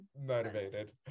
Motivated